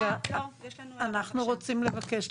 אנחנו רוצים לבקש,